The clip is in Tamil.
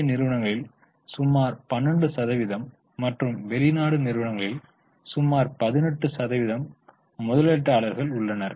இந்திய நிறுவனங்களில் சுமார் 12 சதவிகிதம் மற்றும் வெளிநாட்டு நிறுவனங்களில் சுமார் 18 சதவிகிதம் முதலீட்டாளர்கள் உள்ளனர்